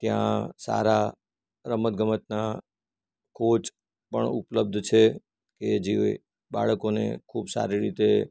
ત્યાં સારા રમતગમતના કોચ પણ ઉપલબ્ધ છે કે જેઓ બાળકોને ખૂબ સારી રીતે